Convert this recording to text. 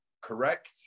correct